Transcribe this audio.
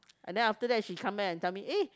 and then after that she come back and tell me eh